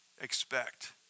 expect